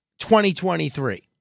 2023